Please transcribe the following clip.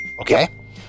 Okay